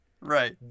Right